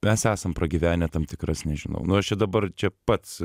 mes esam pragyvenę tam tikras nežinau nu aš čia dabar čia pats